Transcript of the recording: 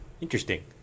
interesting